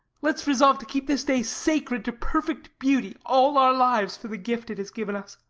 let's resolve to keep this day sacred to perfect beauty all our lives for the gift it has given us.